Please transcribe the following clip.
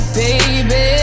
baby